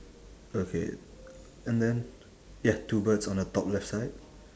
okay and then ya two birds on the top left side